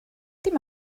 dim